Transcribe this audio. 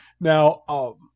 Now